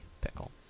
Pickle